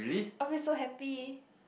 I'll be so happy